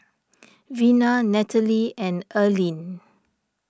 Vena Natalee and Earlene